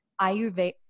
Ayurveda